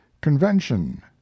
convention